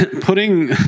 putting